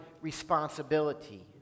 responsibility